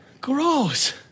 Gross